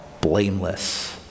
Blameless